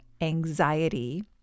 anxiety